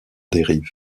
dérivent